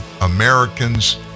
Americans